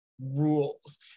rules